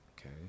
okay